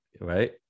right